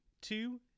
two